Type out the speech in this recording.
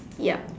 yup